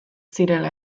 zirela